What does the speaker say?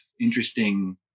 interesting